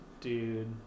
Dude